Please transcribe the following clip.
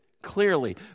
clearly